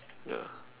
ya